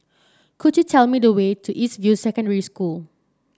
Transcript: could you tell me the way to East View Secondary School